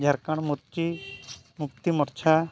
ᱡᱷᱟᱨᱠᱷᱚᱸᱰ ᱢᱩᱨᱛᱤ ᱢᱩᱠᱛᱤ ᱢᱳᱨᱪᱟ